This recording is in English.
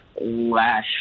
Last